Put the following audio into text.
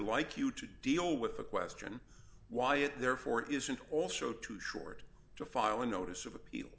like you to deal with the question why it therefore isn't also too short to file a notice of appeal